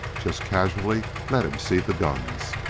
just casually let him see the guns.